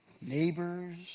neighbors